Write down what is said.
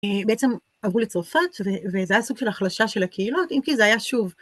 בעצם עברו לצרפת, וזה היה סוג של החלשה של הקהילה, אם כי זה היה שוב